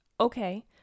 Okay